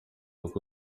uko